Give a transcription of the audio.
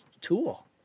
tool